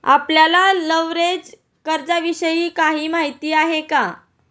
आपल्याला लिव्हरेज कर्जाविषयी काही माहिती आहे का?